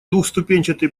двухступенчатый